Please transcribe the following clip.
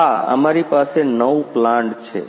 હા અમારી પાસે નવ પ્લાન્ટ છે